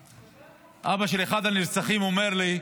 אבא של אחד הנרצחים אומר לי: